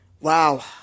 Wow